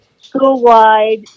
school-wide